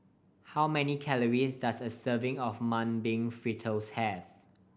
how many calories does a serving of Mung Bean Fritters have